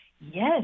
Yes